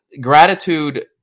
gratitude